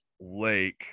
Lake